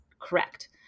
correct